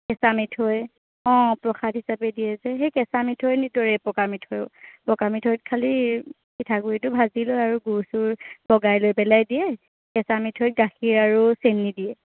কেঁচা মিঠৈ অঁ প্ৰসাদ হিচাপে দিয়ে যে সেই কেঁচা মিঠৈৰ দৰেই পকা মিঠৈ পকা মিঠৈত খালী পিঠা গুড়িটো ভাজি লয় আৰু গুড় চুড় পগাই লৈ পেলাই দিয়ে কেঁচা মিঠৈত গাখীৰ আৰু চেনি দিয়ে